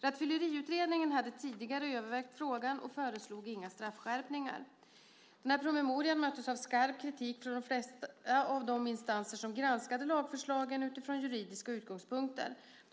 Rattfylleriutredningen hade tidigare övervägt frågan och föreslog inga straffskärpningar. Promemorian möttes av skarp kritik från de flesta av de instanser som granskade lagförslagen från juridiska utgångspunkter.